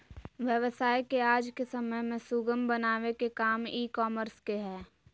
व्यवसाय के आज के समय में सुगम बनावे के काम ई कॉमर्स के हय